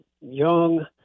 young